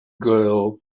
girl